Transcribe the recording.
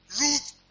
Ruth